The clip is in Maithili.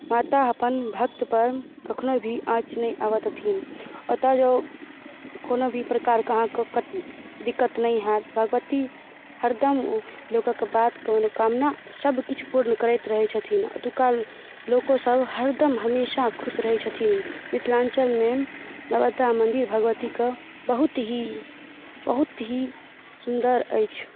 माता अपन भक्तपर कखनहु भी आँच नहि आबऽ देथिन ओतऽ जाउ कोनो भी प्रकारके अहाँके दिक्कत नहि हैत भगवती हरदम लोकके बात मनोकामना सबकिछु पूर्ण करैत रहै छथिन ओतुका लोकोसभ हरदम हमेशा खुश रहै छथिन मिथलाञ्चलमे नवद्दा मन्दिर भगवतीके बहुत ही बहुत ही सुन्दर अछि